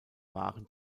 waren